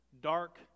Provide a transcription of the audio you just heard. dark